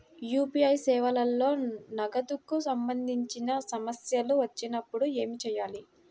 UPI సేవలలో నగదుకు సంబంధించిన సమస్యలు వచ్చినప్పుడు ఏమి చేయాలి?